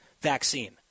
Vaccine